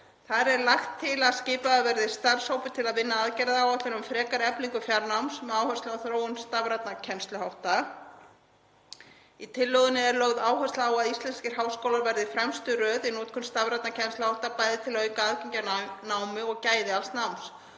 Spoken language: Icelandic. Þar er lagt til að skipaður verði starfshópur til að vinna aðgerðaáætlun um frekari eflingu fjarnáms með áherslu á þróun stafrænna kennsluhátta. Í tillögunni er lögð áhersla á að íslenskir háskólar verði í fremstu röð í notkun stafrænna kennsluhátta, bæði til að auka aðgengi að námi og gæði alls náms,